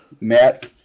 Matt